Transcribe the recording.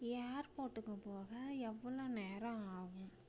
ஏர்போட்டுக்கு போக எவ்வளோ நேரம் ஆகும்